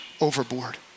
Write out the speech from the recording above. overboard